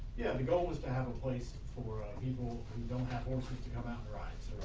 yeah, the goal was to have a place for ah people who don't have horses to come out, right. so,